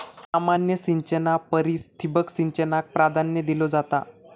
सामान्य सिंचना परिस ठिबक सिंचनाक प्राधान्य दिलो जाता